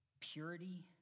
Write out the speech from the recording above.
purity